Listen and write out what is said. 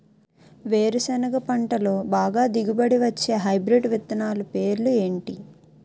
వేరుసెనగ పంటలో బాగా దిగుబడి వచ్చే హైబ్రిడ్ విత్తనాలు పేర్లు ఏంటి?